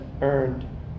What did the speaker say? earned